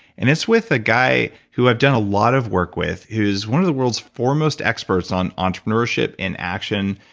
and it's with a guy who i've done a lot of work with, who's one of the world's foremost experts on entrepreneurship in action.